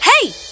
Hey